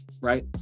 Right